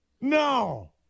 No